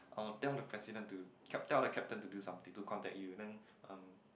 I will tell the president to tell the captain to do something to contact you then um